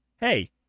Hey